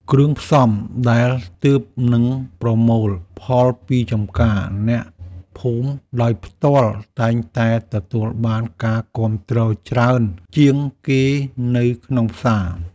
គ្រឿងផ្សំដែលទើបនឹងប្រមូលផលពីចម្ការអ្នកភូមិដោយផ្ទាល់តែងតែទទួលបានការគាំទ្រច្រើនជាងគេនៅក្នុងផ្សារ។